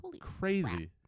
crazy